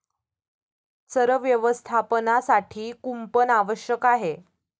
चर व्यवस्थापनासाठी कुंपण आवश्यक आहे